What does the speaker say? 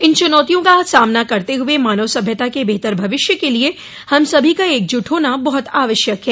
इन चुनौतियों का सामना करते हुए मानव सभ्यता के बेहतर भविष्य के लिए हम सभी का एकजुट होना बहुत आवश्यक है